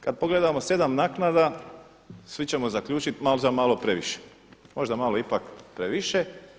Kad pogledamo 7 naknada svi ćemo zaključiti možda malo previše, možda malo ipak previše.